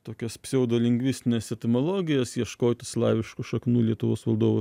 tokias pseudo lingvistines etimologijas ieškoti slaviškų šaknų lietuvos valdovų